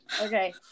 Okay